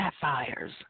sapphires